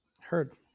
Heard